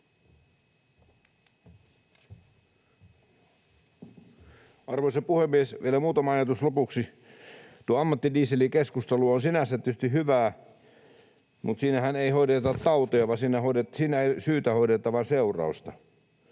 Arvoisa puhemies! Vielä muutama ajatus lopuksi: Tuo ammattidieselkeskustelu on sinänsä tietysti hyvää, mutta siinähän ei hoideta tautia, siinä ei syytä hoideta, vaan seurausta.